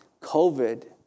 COVID